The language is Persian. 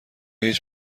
هیچ